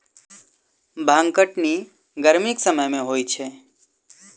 भांग कटनी गरमीक समय मे होइत छै